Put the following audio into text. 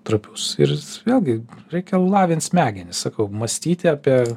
trapius ir vėlgi reikia lavint smegenis sakau mąstyti apie